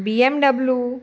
BMW